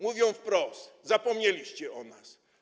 Mówią wprost: zapomnieliście o nas.